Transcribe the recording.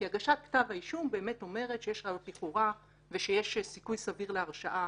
כי הגשת כתב האישום אומרת שיש ראיות לכאורה ושיש סיכוי סביר להרשעה.